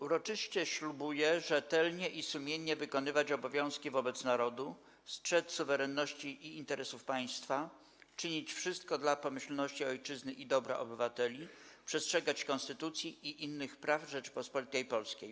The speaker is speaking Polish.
Uroczyście ślubuję rzetelnie i sumiennie wykonywać obowiązki wobec Narodu, strzec suwerenności i interesów Państwa, czynić wszystko dla pomyślności Ojczyzny i dobra obywateli, przestrzegać Konstytucji i innych praw Rzeczypospolitej Polskiej”